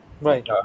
Right